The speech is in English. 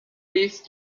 peace